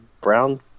brown